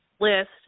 list